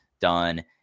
done